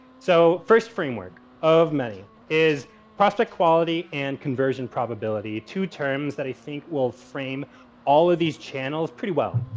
so, first framework of many is prospect quality and conversion probability, two terms that i think will frame all of these channels pretty well.